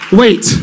wait